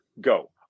Go